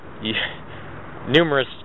numerous